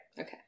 okay